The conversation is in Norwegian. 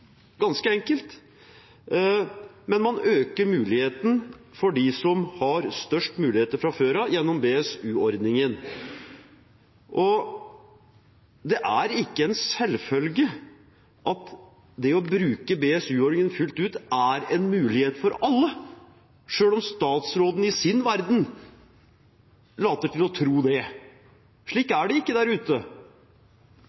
ganske enkelt. Men man øker muligheten for dem som har størst mulighet fra før, gjennom BSU-ordningen. Det er ikke en selvfølge at det å bruke BSU-ordningen fullt ut er en mulighet for alle, selv om statsråden i sin verden later til å tro det. Slik er